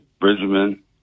Bridgman